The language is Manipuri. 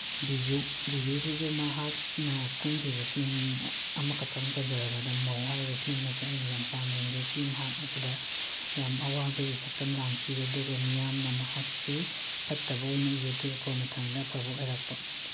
ꯕꯤꯖꯨ ꯕꯤꯖꯨꯁꯤꯁꯨ ꯃꯍꯥꯛꯅ ꯀꯨꯝꯈꯤꯕ ꯐꯤꯂꯝ ꯑꯃꯈꯛꯇꯪ ꯄꯟꯖꯔꯕꯗ ꯃꯧ ꯍꯥꯏꯔꯤꯕ ꯐꯤꯂꯝ ꯑꯁꯦ ꯑꯩꯅ ꯌꯥꯝ ꯄꯥꯝꯅ ꯌꯦꯡꯖꯈꯤ ꯃꯍꯥꯛ ꯑꯁꯤꯗ ꯌꯥꯝ ꯑꯋꯥꯕꯒꯤ ꯁꯛꯇꯝ ꯂꯥꯡꯈꯤ ꯑꯗꯨꯒ ꯃꯤꯌꯥꯝꯅ ꯃꯍꯥꯛꯁꯤ ꯐꯠꯇꯕ ꯑꯣꯏꯅ ꯎꯏ ꯑꯗꯨꯒ ꯀꯣꯟꯅꯊꯪꯗ ꯑꯐꯕ ꯑꯣꯏꯔꯛꯄ